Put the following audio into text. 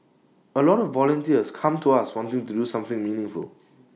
A lot of volunteers come to us wanting to do something meaningful